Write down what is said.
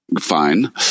Fine